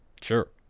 Sure